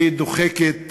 שדוחקת